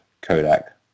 Kodak